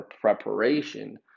preparation